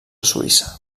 suïssa